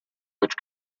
which